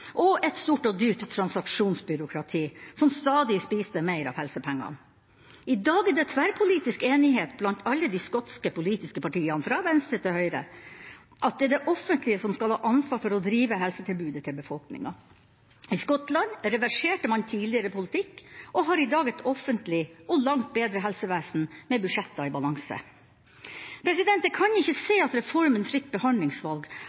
og et stort og dyrt transaksjonsbyråkrati, som stadig spiste mer av helsepengene. I dag er det tverrpolitisk enighet blant alle de skotske politiske partiene, fra venstre til høyre, om at det er det offentlige som skal ha ansvaret for å drive helsetilbudet til befolkninga. I Skottland reverserte man tidligere politikk og har i dag et offentlig og langt bedre helsevesen, med budsjetter i balanse. Jeg kan ikke se at reformen fritt behandlingsvalg